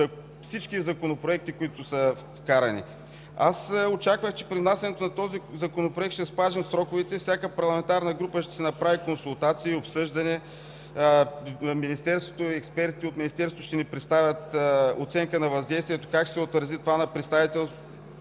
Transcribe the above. всички законопроекти, които са вкарани? Очаквах, че при внасянето на този Законопроект ще спазим сроковете и всяка парламентарна група ще си направи консултации, обсъждане; експерти от Министерството ще ни представят оценка на въздействието – как ще се отрази това на представителството